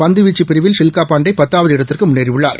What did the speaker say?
பந்துவீச்சுப் பிரிவில் ஷில்கா பாண்டே பத்தாவது இடத்திற்கு முன்னேறியுள்ளார்